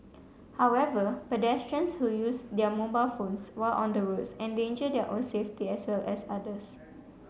however pedestrians who use their mobile phones while on the roads endanger their own safety as well as others